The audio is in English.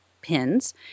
pins